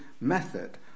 method